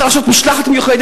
למה צריך לעשות משלחת מיוחדת?